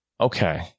Okay